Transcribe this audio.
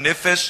גם בנפש,